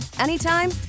anytime